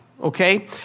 okay